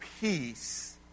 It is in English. peace